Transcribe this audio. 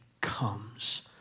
comes